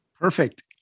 Perfect